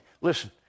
Listen